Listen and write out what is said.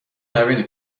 نبینی